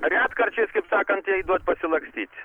retkarčiais kaip sakant jai duot pasilakstyt